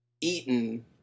eaten